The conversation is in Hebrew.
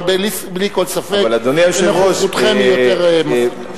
אבל בלי כל ספק נוכחותכם יותר מסיבית.